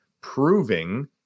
proving